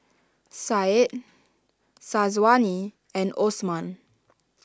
Said Syazwani and Osman